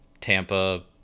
Tampa